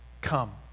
come